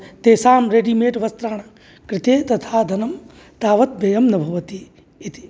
तेषां रेडिमेड् वस्त्राणां कृते तथा धनं तावत् देयं न भवति इति